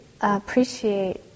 appreciate